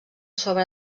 sobre